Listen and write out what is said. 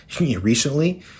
recently